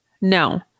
No